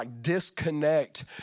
disconnect